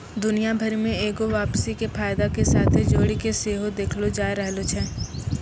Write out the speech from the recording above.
दुनिया भरि मे एगो वापसी के फायदा के साथे जोड़ि के सेहो देखलो जाय रहलो छै